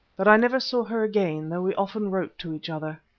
but i never saw her again, though we often wrote to each other.